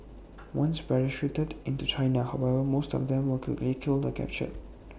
once parachuted into China however most of them were quickly killed or captured